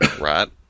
Right